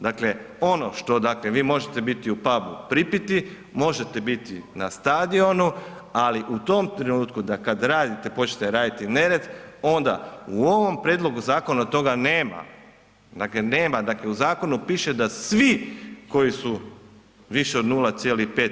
Dakle ono što dakle vi možete biti u pubu pripiti, možete biti na stadionu ali u tom trenutku da kada počnete raditi nered onda u ovom prijedlogu zakona toga nema, dakle u zakonu piše da svi koji su više od 0,5.